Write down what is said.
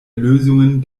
lösungen